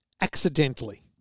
accidentally